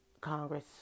Congress